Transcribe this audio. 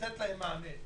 ומתן מענה.